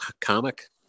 comic